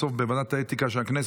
בסוף בוועדת האתיקה של הכנסת,